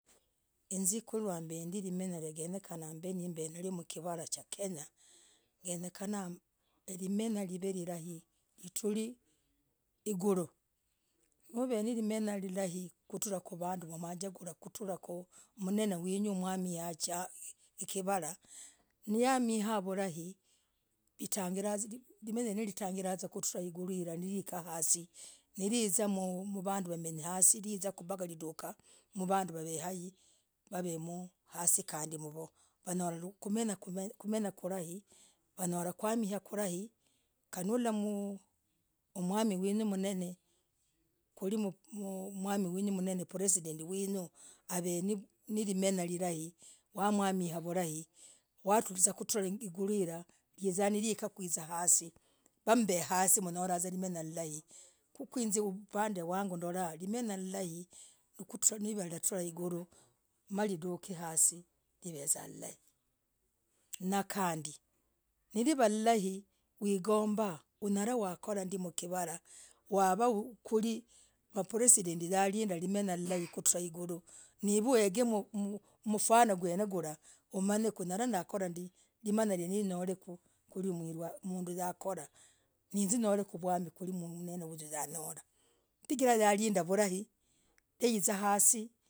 Hinz kulwamb ndii limenyah ginyekanah mb mbenlomkivarah cha kenya genyekana limenyah liv vurahi litr iguluu no venelimenyah lilahii kutrah kwa vanduu wamajaglwa mnene winuu mwamii wachaa kivarah niamiah vurahi litagilah limenyah lino litagilah liguluu hirah hiikah hasii niizaa vanduu wanyanyah hasii lizaah mpakah lidukaa mvaduu wav haii wawemm hasii kandii mmmmwo wanyolah kumenyah kulaii wanyolah kuamia kulaii kali naulahh mm mwamii wenu mnene kwiri mwamii wwetu president winyuu hanilimenyah lilihi wamwamia vulai watulizah kutrah iguluu itirah naikah kuikah hasii mmb hasii mnyolah vuzaa limenyah lilai kwii hinz upand wangu ndolaah limenyah lilai niktra nivaitrah higuluu malinduk hasii nivezah lilai na kandii livaa lilai wigombah unyalah wakorah ndii mkivarah wawawakwiri ma president niwalindah nimenyah lilai kutrah iguluu nihiv hueg mfano kwen gwalah umanye unyalah ndakora ndii limenyah hii niltleku kwiri mnduu yakorah hinz nyolekuu mwamii kuu huyuu naunyolah chigirah yanindah vulai yaizaa hasii.